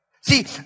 See